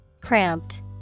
cramped